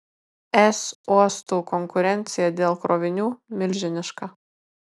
es uostų konkurencija dėl krovinių milžiniška